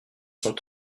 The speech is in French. sont